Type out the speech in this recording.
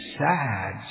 sad